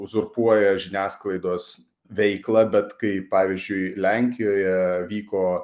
uzurpuoja žiniasklaidos veiklą bet kai pavyzdžiui lenkijoje vyko